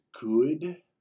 good